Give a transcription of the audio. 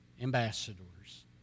ambassadors